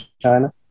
China